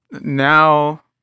now